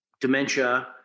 dementia